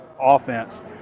offense